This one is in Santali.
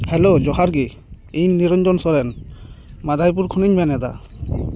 ᱦᱮᱞᱳ ᱡᱚᱦᱟᱨ ᱜᱮ ᱤᱧ ᱱᱤᱨᱚᱧᱡᱚᱱ ᱥᱚᱨᱮᱱ ᱢᱟᱫᱷᱟᱭᱯᱩᱨ ᱠᱷᱚᱱᱤᱧ ᱢᱮᱱᱮᱫᱟ